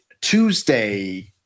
Tuesday